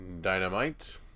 Dynamite